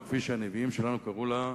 או כפי שהנביאים שלנו קראו לה: